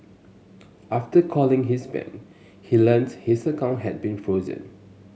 after calling his bank he learnt his account had been frozen